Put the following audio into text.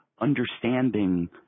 understanding